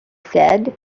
said